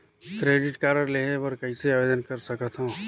Credit card लेहे बर कइसे आवेदन कर सकथव?